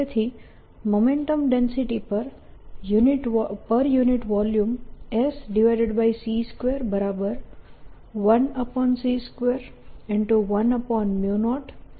તેથી momentum density per unit volume Sc21c210 થશે